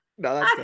No